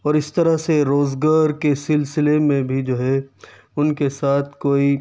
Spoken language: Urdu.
اور اس طرح سے روزگار کے سلسلے میں بھی جو ہے ان کے ساتھ کوئی